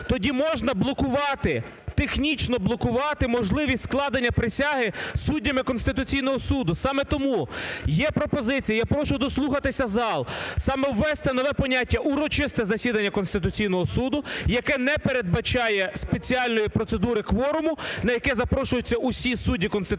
тоді можна блокувати, технічно блокувати можливість складення присяги суддями Конституційного Суду. Саме тому є пропозиція, я прошу дослухатися зал, саме ввести нове поняття "урочисте засідання Конституційного Суду", яке не передбачає спеціальної процедури кворуму, на яке запрошується усі судді Конституційного Суду,